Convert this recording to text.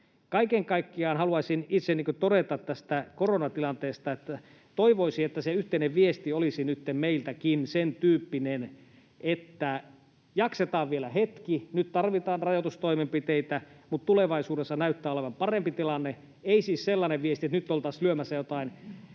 Kaiken kaikkiaan haluaisin itse todeta tästä koronatilanteesta, että toivoisin, että se yhteinen viesti olisi nytten meiltäkin sen tyyppinen, että jaksetaan vielä hetki, nyt tarvitaan rajoitustoimenpiteitä, mutta tulevaisuudessa näyttää olevan parempi tilanne. Ei siis sellainen viesti, että nyt oltaisiin lyömässä joitain